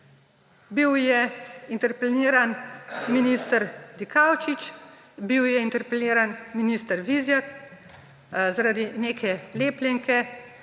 Bil je interpeliran minister Dikaučič, bil je interpeliran minister Vizjak zaradi neke lepljenke,